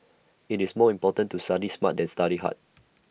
IT is more important to study smart than study hard